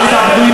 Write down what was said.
אתה יודע מה?